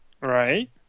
Right